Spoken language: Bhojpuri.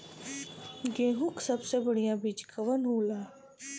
गेहूँक सबसे बढ़िया बिज कवन होला?